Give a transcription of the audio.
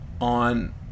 on